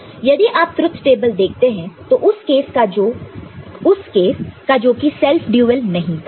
FABCABBCCA FDABCABBCCAABBCCA FABCFDABC यदि आप truth table देखते हैं उस केस का जो कि सेल्फ ड्यूल नहीं था